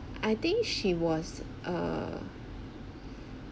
I think she was err